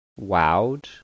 wowed